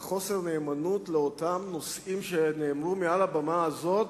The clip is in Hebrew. חוסר נאמנות לאותם דברים שנאמרו מעל הבמה הזאת,